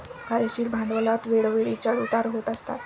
कार्यशील भांडवलात वेळोवेळी चढ उतार होत असतात